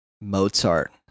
Mozart